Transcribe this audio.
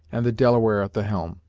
and the delaware at the helm.